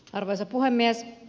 arvoisa puhemies